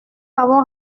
avons